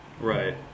Right